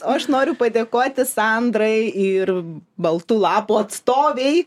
o aš noriu padėkoti sandrai ir baltų lapų atstovei